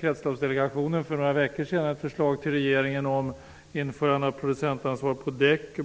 Kretsloppsdelegationen lade alltså för några veckor sedan fram ett förslag till regeringen om införande av producentansvar på däck.